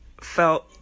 felt